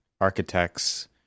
architects